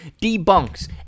debunks